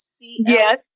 Yes